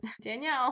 Danielle